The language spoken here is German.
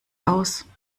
aus